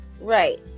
Right